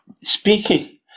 speaking